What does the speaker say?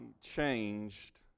changed